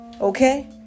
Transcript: Okay